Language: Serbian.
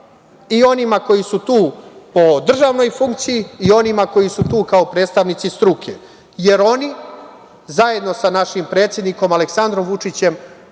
i onima koji su tu po državnoj funkciji i onima koji su tu kao predstavnici struke, jer oni zajedno sa našim predsednikom Aleksandrom Vučićem